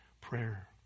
prayer